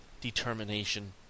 determination